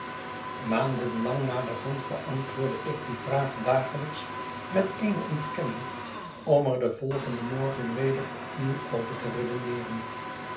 maanden lang naderhand beantwoordde ik die vraag dagelijks met eene ontkenning ora er den volgenden morgen weder opnieuw over te redeneeren